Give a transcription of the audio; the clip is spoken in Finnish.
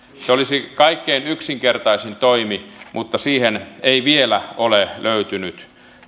se olisi kaikkein yksinkertaisin toimi mutta siihen ei vielä ole löytynyt